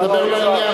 הוא מדבר לעניין.